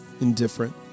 indifferent